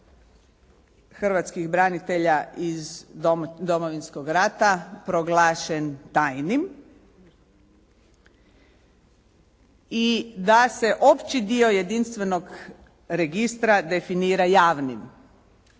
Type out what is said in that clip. hrvatskih branitelja iz Domovinskog rata proglašen tajnim i da se opći dio jedinstvenog registra definira javnim.